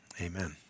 Amen